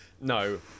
no